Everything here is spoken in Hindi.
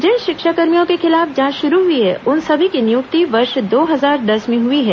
जिन शिक्षाकर्मियों के खिलाफ जांच शुरू हुई है उन सभी की नियुक्ति वर्ष दो हजार दस में हुई है